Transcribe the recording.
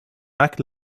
mack